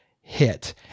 hit